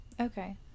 Okay